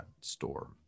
store